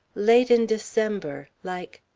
late in december, like